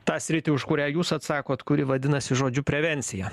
tą sritį už kurią jūs atsakot kuri vadinasi žodžiu prevencija